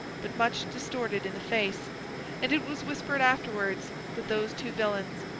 but much distorted in the face and it was whispered afterwards, that those two villains,